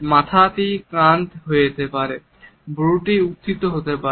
মাথাটি কাত হয়ে যেতে পারে ভুরুটি উত্থিত হতে পারে